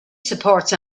supports